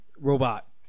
robot